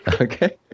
okay